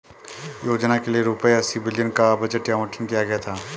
योजना के लिए रूपए अस्सी बिलियन का बजटीय आवंटन किया गया था